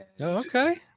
okay